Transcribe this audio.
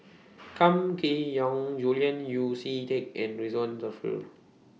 Kam Kee Yong Julian Yeo See Teck and Ridzwan Dzafir